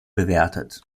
bewertet